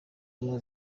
ubumwe